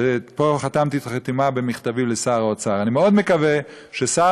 ופה חתמתי את החתימה במכתבי לשר האוצר: אני מאוד מקווה ששר